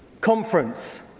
conference,